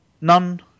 none